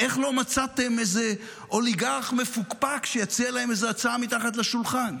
איך לא מצאתם איזה אוליגרך מפוקפק שיציע להם איזו הצעה מתחת לשולחן?